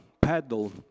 paddle